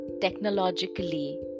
technologically